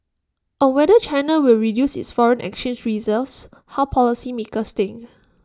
on whether China will reduce its foreign exchange reserves how policymakers think